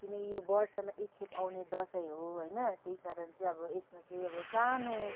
किनकि यो वर्षमा एक खेप आउने दसैँ हो होइन त्यही कारण चाहिँ अब यसमा चाहिँ अब सानो